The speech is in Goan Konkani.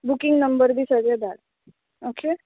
बुकींग नंबर बी सगळे धाड ओके